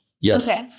Yes